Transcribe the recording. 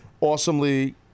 awesomely